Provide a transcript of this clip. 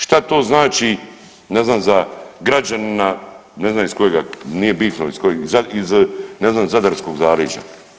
Šta to znači, ne znam, za građanina, ne znam iz kojega, nije bitno iz kojeg, iz ne znam, zadarskog zaleđa?